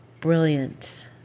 brilliant